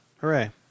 Hooray